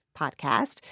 podcast